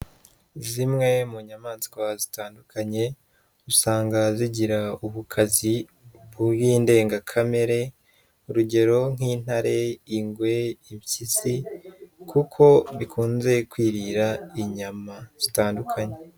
Zimwe mu nyamaswa zitandukanye, usanga zigira ubukazi bw'indengakamere, urugero nk'intare, ingwe, impyisi kuko bikunze kwirira inyama zitandukanye.